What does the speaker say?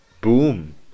boom